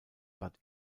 bad